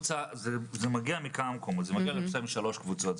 זה מגיע מכמה נקודות, זה מגיע למעשה משלוש קבוצות.